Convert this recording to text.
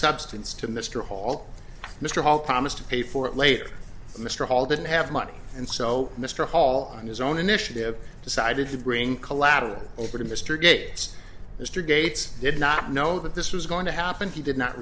substance to mr hall mr hall promised to pay for it later mr hall didn't have money and so mr hall on his own initiative decided to bring collateral over to mr gates mr gates did not know that this was going to happen he did not